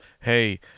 hey